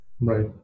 right